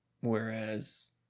Whereas